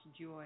joy